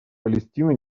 палестина